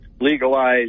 legalize